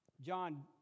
John